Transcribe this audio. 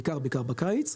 בעיקר בקיץ,